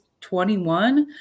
21